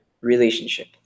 relationship